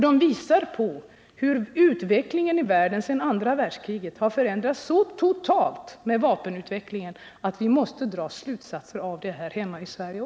De visar på hur situationen i världen sedan andra världskriget har förändrats så totalt med vapenutvecklingen att vi måste dra slutsatser av det också här hemma i Sverige.